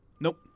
Nope